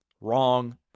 Wrong